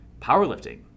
powerlifting